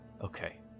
Okay